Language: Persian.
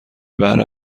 بهره